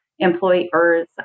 employers